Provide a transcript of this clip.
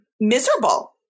miserable